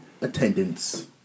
attendance